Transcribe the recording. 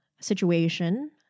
situation